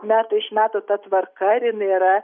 metai iš metų ta tvarka ir inai yra